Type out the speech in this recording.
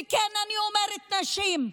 וכן, אני אומרת נשים,